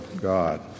God